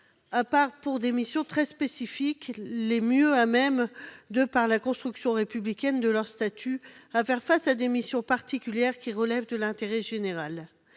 hormis pour des missions très spécifiques, les mieux à même, de par la construction républicaine de leur statut, de faire face à des missions particulières, qui relèvent de l'intérêt général.